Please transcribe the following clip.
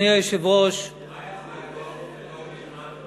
אדוני היושב-ראש, מה יצביע דב ליפמן?